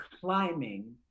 climbing